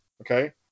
okay